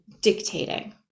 dictating